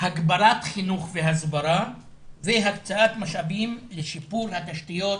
הגברת חינוך והסברה והקצאת משאבים לשיפור התשתיות